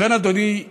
ובכן, אדוני,